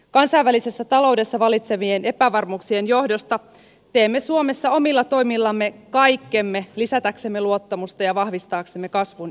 kansainvälisessä taloudessa vallitsevien epävarmuuksien johdosta teemme suomessa omilla toimillamme kaikkemme lisätäksemme luottamusta ja vahvistaaksemme kasvun edellytyksiä